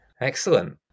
Excellent